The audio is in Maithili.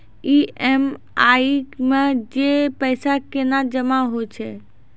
ई.एम.आई मे जे पैसा केना जमा होय छै?